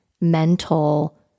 mental